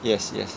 yes yes